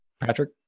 Patrick